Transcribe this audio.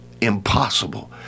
impossible